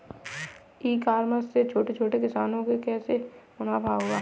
ई commerce से छोटे किसानों को कैसे मुनाफा होगा?